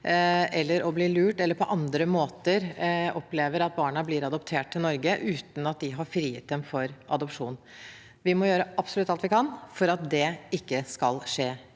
barn, blir lurt eller på andre måter opplever at barna blir adoptert til Norge uten at de har frigitt dem for adopsjon. Vi må gjøre absolutt alt vi kan for at det ikke skal skje